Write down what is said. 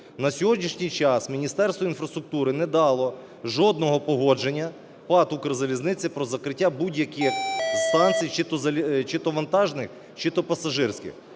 На сьогоднішній час Міністерство інфраструктури не дало жодного погодження ПАТ "Укрзалізниці" про закриття будь-яких станцій: чи-то вантажних, чи-то пасажирських.